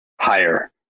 higher